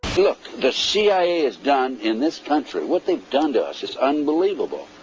look, the cia has done in this country, what they done to us is unbelievable!